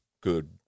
good